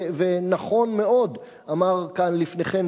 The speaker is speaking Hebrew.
ונכון מאוד אמר כאן לפני כן,